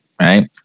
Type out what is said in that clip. right